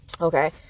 okay